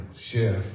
chef